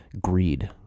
greed